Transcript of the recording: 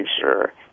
sure